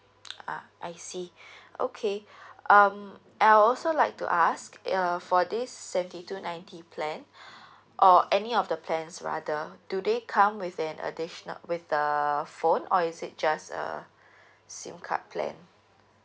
ah I see okay um I also like to ask uh for this seventy two ninety plan or any of the plans rather do they come with an additional with the phone or is it just a SIM card plan